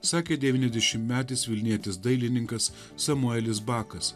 sakė devyniasdešimtmetis vilnietis dailininkas samuelis bakas